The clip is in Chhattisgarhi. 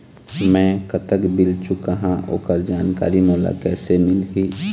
मैं कतक बिल चुकाहां ओकर जानकारी मोला कइसे मिलही?